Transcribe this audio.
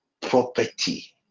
Property